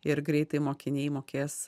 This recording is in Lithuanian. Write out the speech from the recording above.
ir greitai mokiniai mokės